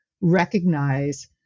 recognize